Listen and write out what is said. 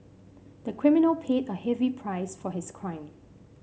the criminal paid a heavy price for his crime